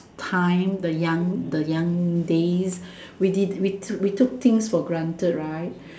time the young the young days we did we took we took things for granted right